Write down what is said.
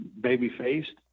baby-faced